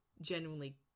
genuinely